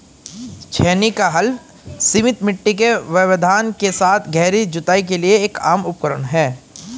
छेनी का हल सीमित मिट्टी के व्यवधान के साथ गहरी जुताई के लिए एक आम उपकरण है